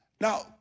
Now